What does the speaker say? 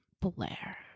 Blair